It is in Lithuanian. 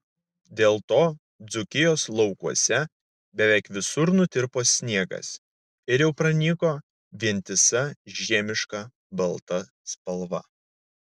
dėl to dzūkijos laukuose beveik visur nutirpo sniegas ir jau pranyko vientisa žiemiška balta spalva